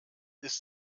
ist